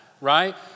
right